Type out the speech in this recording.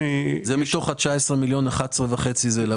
מתוך 19 מיליון שקל, 11.5 זה לבדואים?